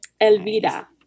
Elvira